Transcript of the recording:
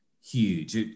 huge